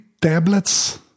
tablets